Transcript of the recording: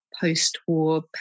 post-war